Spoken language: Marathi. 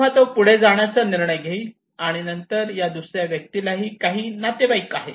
तेव्हा तो पुढे जाण्याचा निर्णय घेईल आणि नंतर या दुसऱ्या व्यक्तीला काही नातेवाईक आहेत